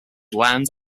land